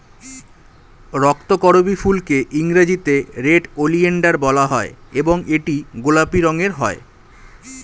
রক্তকরবী ফুলকে ইংরেজিতে red oleander বলা হয় এবং এটি গোলাপি রঙের হয়